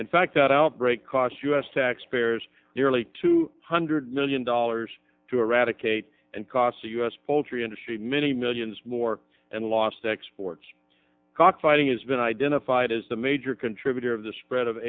and fact that outbreak cost u s taxpayers nearly two hundred million dollars to eradicate and cost the u s poultry industry many millions more and lost exports cockfighting has been identified as the major contributor of the spread of